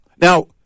Now